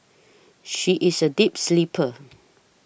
she is a deep sleeper